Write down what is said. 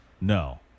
no